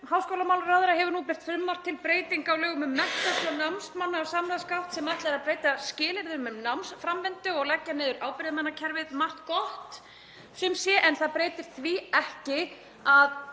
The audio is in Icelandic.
háskólamálaráðherra hefur nú birt frumvarp til breytinga á lögum um Menntasjóð námsmanna í samráðsgátt sem ætlað er að breyta skilyrðum um námsframvindu og leggja niður ábyrgðarmannakerfið. Margt gott, sum sé, en það breytir ekki